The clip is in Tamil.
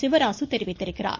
சிவராசு தெரிவித்துள்ளார்